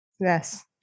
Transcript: Yes